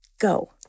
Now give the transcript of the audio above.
go